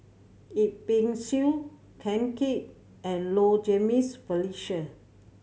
Yip Pin Xiu Ken Seet and Low Jimenez Felicia